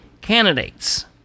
candidates